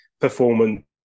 performance